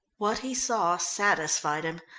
what he saw satisfied him,